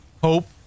hope